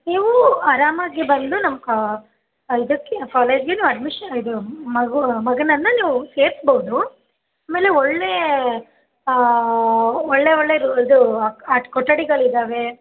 ನೀವು ಅರಾಮಾಗೆ ಬಂದು ನಮ್ಮ ಕಾ ಇದಕ್ಕೆ ಕಾಲೇಜ್ಗೆ ನೀವು ಅಡ್ಮಿಷ ಇದು ಮಗು ಮಗನನ್ನ ನೀವು ಸೇರಿಸ್ಬೋದು ಆಮೇಲೆ ಒಳ್ಳೆಯ ಒಳ್ಳೆಯ ಒಳ್ಳೆಯ ರೂ ಇದು ಆ ಆ ಕೊಠಡಿಗಳ್ ಇದಾವೆ